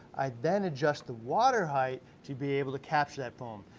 i then adjust the water height to be able to capture that foam.